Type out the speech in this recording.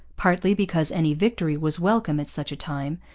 partly because any victory was welcome at such a time,